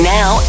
now